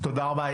תודה רבה.